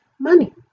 money